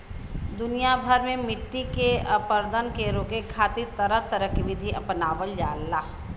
दुनिया भर में मट्टी के अपरदन के रोके खातिर तरह तरह के विधि अपनावल जाला